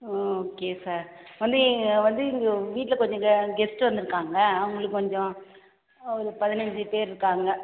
okay sir வந்து இங்கே வந்து இங்கே வீட்டில் கொஞ்சம் கெ கெஸ்ட்டு வந்திருக்காங்க அவங்களுக்கு கொஞ்சம் ஒரு பதினைஞ்சி பேர் இருக்காங்க